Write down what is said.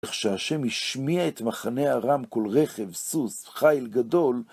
כשהשם השמיע את מחנה הרם כול רכב, סוס, חייל גדול,